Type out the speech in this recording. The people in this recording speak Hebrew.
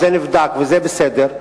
זה נבדק וזה בסדר,